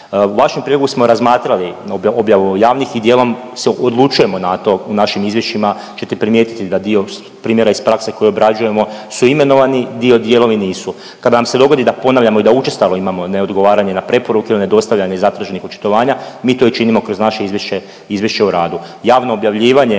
U vašem prijedlogu smo razmatrali objavu javnih i dijelom se odlučujemo na to. U našim izvješćima ćete primijetiti da dio primjera iz prakse koji obrađujemo su imenovani, dijelovi nisu. Kada vam se dogodi da ponavljamo i da učestalo imamo neodgovaranje na preporuke nedostavljanje zatraženih očitovanja, mi to i činimo kroz naše izvješće o radu. Javno objavljivanje,